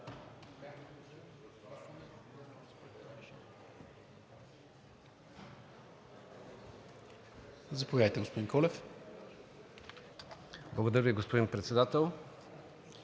Благодаря Ви. Господин Председател,